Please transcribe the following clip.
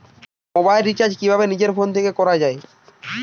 Mobile recharge কিভাবে নিজের phone থেকে করা য়ায়?